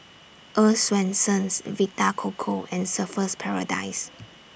Earl's Swensens Vita Coco and Surfer's Paradise